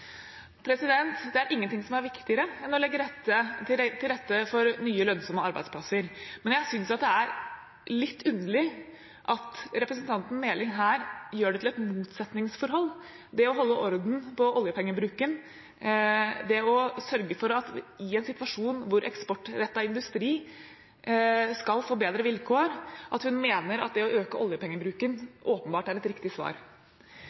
Det er ingenting som er viktigere enn å legge til rette for nye lønnsomme arbeidsplasser. Men jeg synes det er litt underlig at representanten Meling her gjør det til et motsetningsforhold det å holde orden på oljepengebruken og det å sørge for en situasjon der eksportrettet industri skal få bedre vilkår, og at hun mener at det å øke oljepengebruken åpenbart er riktig svar.